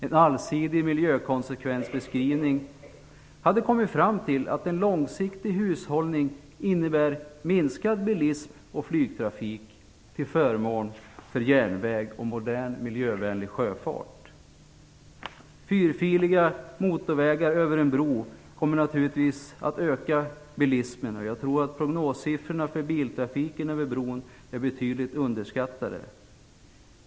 En allsidig miljökonsekvensbeskrivning hade kommit fram till att en långsiktig hushållning innebär minskad bilism och flygtrafik till förmån för järnväg och modern miljövänlig sjöfart. Fyrfiliga motorvägar över en bro kommer naturligtvis att öka bilismen. Jag tror att prognossiffrorna för biltrafiken över bron är betydligt underskattade.